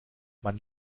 man